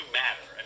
matter